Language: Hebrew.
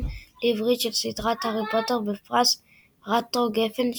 לעברית של סדרת הארי פוטר בפרס רטרו גפן,